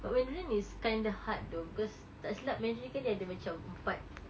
but mandarin is kinda hard though because tak silap mandarin kan dia ada macam empat